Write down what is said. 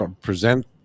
present